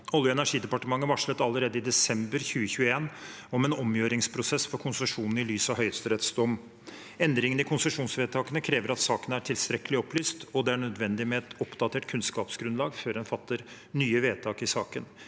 Olje- og energidepartementet varslet allerede i desember 2021 en omgjøringsprosess for konsesjonen i lys av Høyesteretts dom. Endringene i konsesjonsvedtakene krever at saken er tilstrekkelig opplyst, og det er nødvendig med et oppdatert kunnskapsgrunnlag før en fatter nye vedtak i saken.